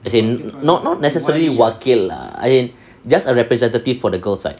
as in not not necessarily wakil lah as in just a representative for the girl side